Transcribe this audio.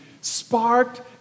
sparked